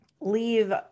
leave